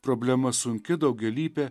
problema sunki daugialypė